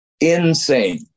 Insane